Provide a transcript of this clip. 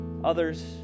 others